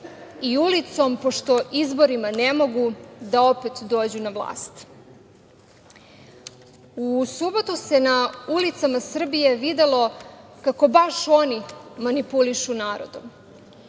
i ulicom, pošto izborima ne mogu, da opet dođu na vlast.U subotu se na ulicama Srbije videlo kako baš oni manipulišu narodom.